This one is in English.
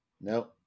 no